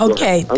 Okay